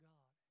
God